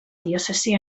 diòcesi